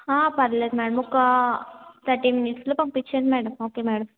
ఆ పర్లేదు మేడం ఒకా థర్టీ మినిట్స్లో పంపించండి మేడం ఓకే మేడం